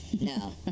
No